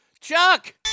Chuck